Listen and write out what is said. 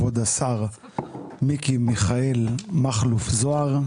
כבוד השר מיקי מיכאל מכלוף זוהר.